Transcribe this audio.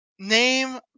Name